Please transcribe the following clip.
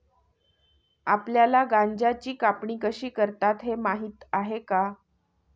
आपल्याला गांजाची कापणी कशी करतात हे माहीत आहे का?